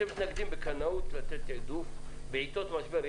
אתם מתנגדים בקנאות לתת תעדוף בעיתות משבר.